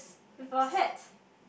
with a hat